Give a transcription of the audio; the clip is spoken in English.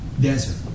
desert